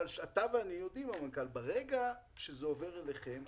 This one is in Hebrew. אבל אתה ואני יודעים שברגע שזה עובר אליכם,